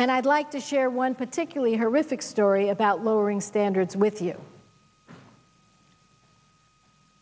and i'd like to share one particularly horrific story about lowering standards with you